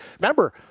remember